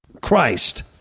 Christ